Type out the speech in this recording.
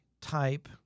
type